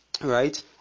right